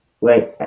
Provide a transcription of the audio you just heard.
Wait